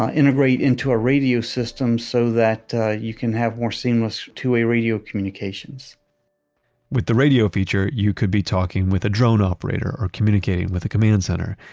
ah integrate into a radio system so that you can have more seamless two-way radio communications with the radio feature, you could be talking with a drone operator or communicating with the command center,